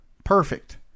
Perfect